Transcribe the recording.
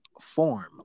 form